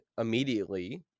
immediately